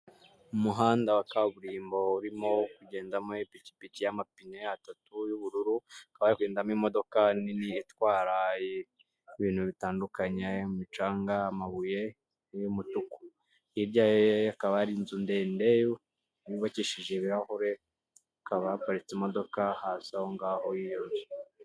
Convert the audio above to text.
Umuhanda wa kaburimbo urimo kugendamo ipikipiki y'amapine atatu y'ubururu, hakaba hari kugendamo imodoka nini itwara ibintu bitandukanye, harimo umucanga, amabuye, y'umutuku, hirya ye hakaba hari inzu ndende yubakishije ibirahure, hakaba haparitse imodoka hasi aho ngaho y'iyo nzu.